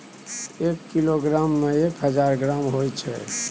एक किलोग्राम में एक हजार ग्राम होय छै